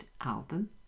album